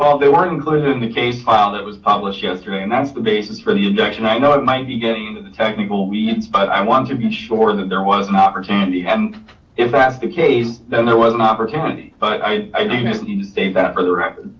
they weren't included in the case file that was published yesterday. and that's the basis for the objection. i know it might be getting into the technical weeds, but i want to be sure that there was an opportunity. and if that's the case, then there was an opportunity. but i do just need to state that for the record.